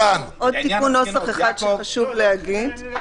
יש לי עוד תיקון נוסח אחד שחשוב להגיד.